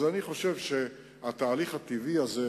אז אני חושב שהתהליך הטבעי הזה,